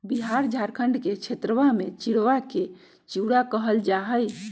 बिहार झारखंड के क्षेत्रवा में चिड़वा के चूड़ा कहल जाहई